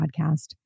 podcast